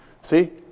See